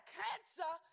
cancer